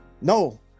no